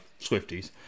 Swifties